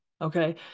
okay